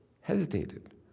hesitated